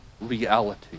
reality